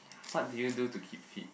what do you do to keep fit